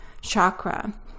chakra